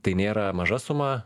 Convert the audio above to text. tai nėra maža suma